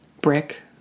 brick